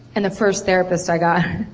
and the first therapist i got.